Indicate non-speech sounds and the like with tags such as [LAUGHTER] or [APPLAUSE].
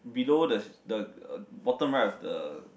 below there's the [NOISE] bottom right of the